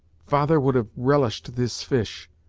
father would have relished this fish,